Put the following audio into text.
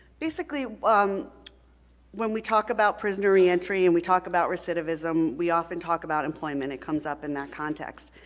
basically, um when we talk about prisoner reentry and we talk about recidivism, we often talk about employment, it comes up in that context,